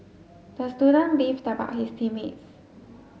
the student beefed about his team mates